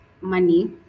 money